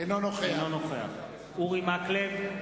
אינו נוכח אורי מקלב,